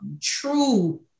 true